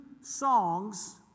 songs